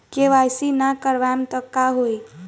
KYC ना करवाएम तब का होई?